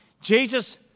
Jesus